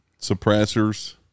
suppressors